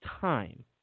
time